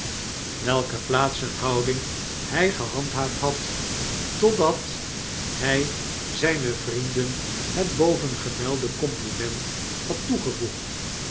welke plaats en houding hij gehandhaafd had totdat hy zjjne vrienden net do vengemelde compliment had toegevoegd